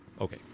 okay